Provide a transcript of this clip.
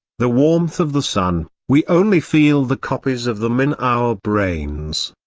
the warmth of the sun we only feel the copies of them in our brains.